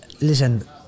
listen